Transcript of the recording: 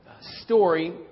story